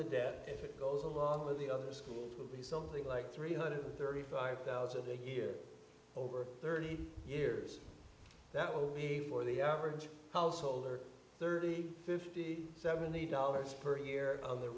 the debt if it goes along with the other school will be something like three hundred thirty five thousand a year over thirty years that will be for the average household or thirty fifty seventy dollars per year on the